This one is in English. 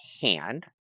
hand